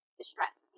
distress